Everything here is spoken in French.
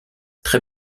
très